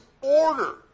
order